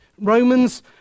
Romans